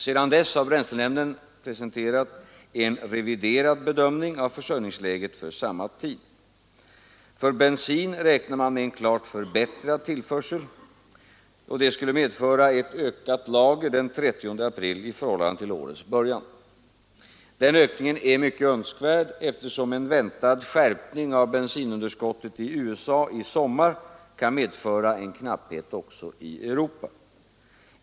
Sedan dess har bränslenämnden redovisat en reviderad bedömning av försörjningsläget för samma tid. För bensin räknar man med en klart förbättrad tillförsel, vilket skulle medföra ett ökat lager den 30 april i förhållande till årets början. Denna ökning är mycket önskvärd, eftersom en väntad skärpning av bensinunderskottet i USA i sommar kan medföra en knapphet också i Europa.